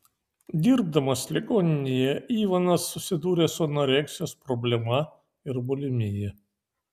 dirbdamas ligoninėje ivanas susidūrė su anoreksijos problema ir bulimija